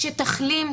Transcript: כשתחלים,